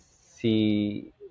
see